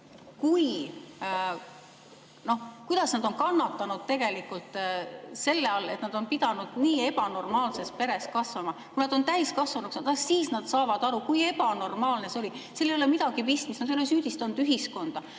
sellest, kuidas nad on kannatanud tegelikult selle all, et nad on pidanud nii ebanormaalses peres kasvama. Kui nad on täiskasvanuks saanud, siis nad saavad aru, kui ebanormaalne see oli. Nad ei ole süüdistanud ühiskonda,